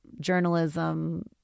journalism